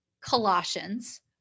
Colossians